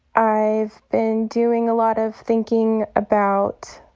i've been doing a lot of thinking about